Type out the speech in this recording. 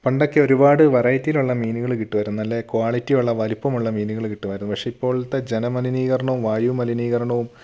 പണ്ടൊക്കെ ഒരുപാട് വെറൈറ്റിയിലുള്ള മീനുകൾ കിട്ടുമായിരുന്നു നല്ല ക്വാളിറ്റി ഉള്ള വലിപ്പമുള്ള മീനുകൾ കിട്ടുമായിരുന്നു പക്ഷേ ഇപ്പോഴത്തെ ജലമലിനീകരണവും വായു മലിനീകരണവും